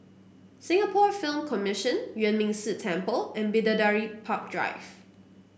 Singapore Film Commission Yuan Ming Si Temple and Bidadari Park Drive